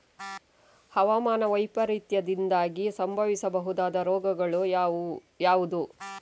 ಹವಾಮಾನ ವೈಪರೀತ್ಯದಿಂದಾಗಿ ಸಂಭವಿಸಬಹುದಾದ ರೋಗಗಳು ಯಾವುದು?